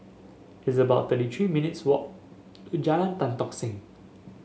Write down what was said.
it's about thirty three minutes' walk to Jalan Tan Tock Seng